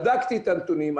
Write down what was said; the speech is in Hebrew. בדקתי את הנתונים.